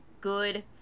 good